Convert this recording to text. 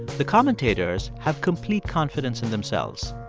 the commentators have complete confidence in themselves.